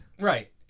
Right